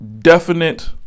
definite